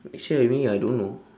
next year maybe I don't know